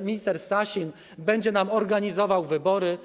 minister Sasin będzie nam organizował wybory.